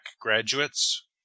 graduates